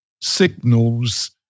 signals